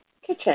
kitchen